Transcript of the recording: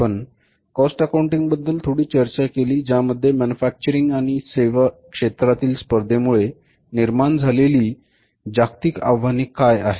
आपण cost accounting बद्दल थोडी चर्चा केली ज्यामध्ये मॅन्युफॅक्चरिंग आणि सेवा क्षेत्रातील स्पर्धेमुळे निर्माण झालेली जागतिक आव्हाने काय आहेत